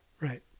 Right